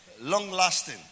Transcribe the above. long-lasting